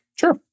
Sure